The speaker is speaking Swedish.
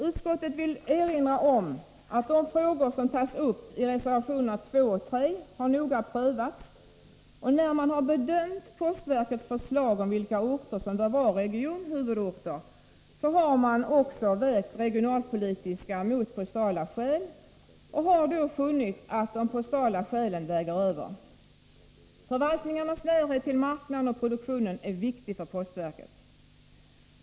Utskottet vill erinra om att de frågor som tas upp i reservationerna 2 och 3 har prövats noga. När man har bedömt postverkets förslag om vilka orter som bör vara regionhuvudorter har man också vägt regionalpolitiska skäl mot postala och då funnit att de postala skälen väger över. Förvaltningarnas närhet till marknaden och produktionen är viktig för postverket.